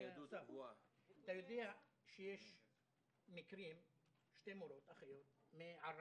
אתה יודע שיש מקרים, שתי מורות אחיות מערבא,